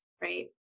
right